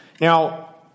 Now